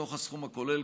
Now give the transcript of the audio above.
מתוך הסכום הכולל,